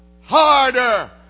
harder